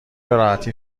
بهراحتی